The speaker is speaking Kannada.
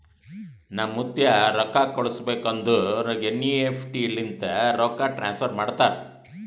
ನಮ್ ಮುತ್ತ್ಯಾ ರೊಕ್ಕಾ ಕಳುಸ್ಬೇಕ್ ಅಂದುರ್ ಎನ್.ಈ.ಎಫ್.ಟಿ ಲಿಂತೆ ರೊಕ್ಕಾ ಟ್ರಾನ್ಸಫರ್ ಮಾಡ್ತಾರ್